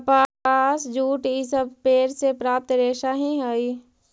कपास, जूट इ सब पेड़ से प्राप्त रेशा ही हई